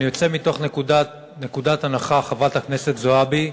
אני יוצא מתוך נקודת הנחה, חברת הכנסת זועבי,